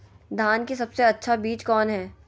धान की सबसे अच्छा बीज कौन है?